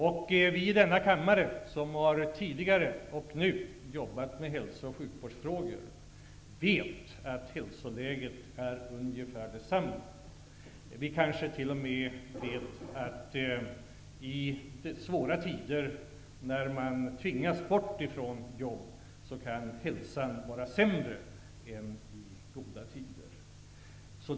Vi i denna kammare som har jobbat och jobbar med hälso och sjukvårdsfrågor vet att hälsoläget nu ser ungefär likadant ut som det har gjort tidigare. Vi kanske t.o.m. vet att i svåra tider när man tvingas bort från jobb kan hälsan vara sämre än i goda tider.